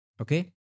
okay